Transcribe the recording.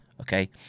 Okay